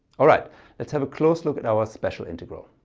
alright let's have a close look at our special integral.